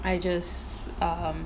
I just ah um